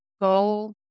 go